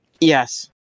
Yes